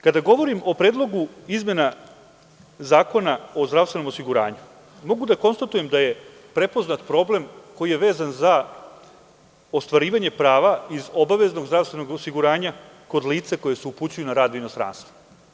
Kada govorim o Predlogu izmena Zakona o zdravstvenom osiguranju, mogu da konstatujem da je prepoznat problem koji je vezan za ostvarivanje prava iz obaveznog zdravstvenog osiguranja kod lica koja se upućuju na rad u inostranstvo.